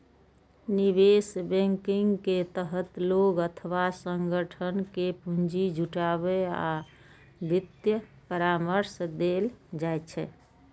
निवेश बैंकिंग के तहत लोग अथवा संगठन कें पूंजी जुटाबै आ वित्तीय परामर्श देल जाइ छै